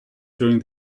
during